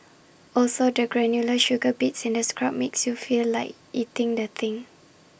also the granular sugar bits in the scrub makes you feel like eating the thing